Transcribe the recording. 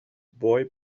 boy